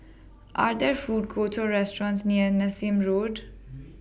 Are There Food Courts Or restaurants near Nassim Road